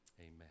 Amen